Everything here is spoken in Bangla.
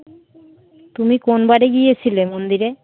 তুমি কোন বারে গিয়েছিলে মন্দিরে